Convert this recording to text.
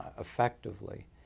effectively